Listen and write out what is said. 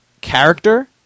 character